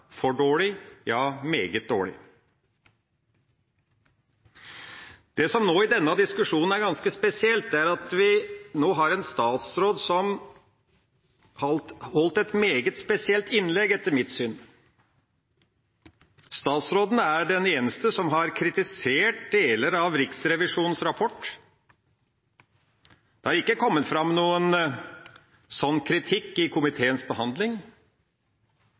for dårlig – ja, meget dårlig. Det som nå, i denne diskusjonen, er ganske spesielt, er at vi nå har en statsråd som holdt et meget spesielt innlegg, etter mitt syn. Statsråden er den eneste som har kritisert deler av Riksrevisjonens rapport. Det har ikke kommet fram en slik kritikk i komiteens behandling.